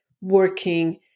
working